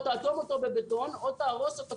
תאטום אותו בבטון או תהרוס אותו,